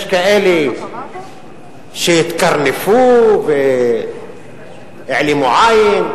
יש כאלה שהתקרנפו והעלימו עין,